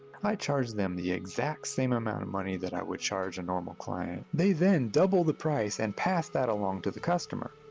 i charge them the exact same amount of money that i would charge a normal client. they then double the price and pass that along to the customer.